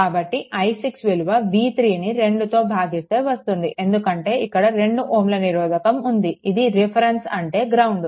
కాబట్టి i6 విలువ v3 ని 2తో భాగిస్తే వస్తుందిఎందుకంటే ఇక్కడ 2 Ω నిరోధకం ఉంది ఇది రిఫరెన్స్ అంటే గ్రౌండ్